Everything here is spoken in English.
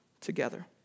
together